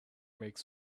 makes